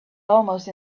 almost